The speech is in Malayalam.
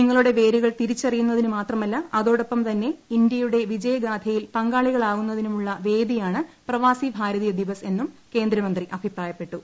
നിങ്ങളുടെ വേരുകൾ തിരിച്ചറിയുന്നതിനു മാത്രമല്ല അതോടൊപ്പം തന്നെ ഇന്ത്യയുടെ വിജയഗാഥയിൽ പങ്കാളികളാകുന്നതിനുമുള്ളൂ വേദിയാണ് പ്രവാസി ഭാരതീയ ദിവസ് എന്നും കേന്ദ്രമന്ത്രി അഭിപ്രായപ്പെട്ടു